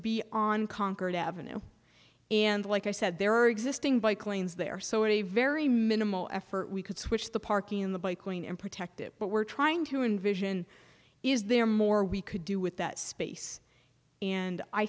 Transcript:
be on conquered avenue and like i said there are existing bike lanes there so a very minimal effort we could switch the parking in the bike lane and protect it but we're trying to envision is there more we could do with that space and i